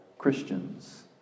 Christians